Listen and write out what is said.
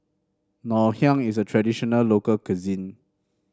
Ngoh Hiang is a traditional local cuisine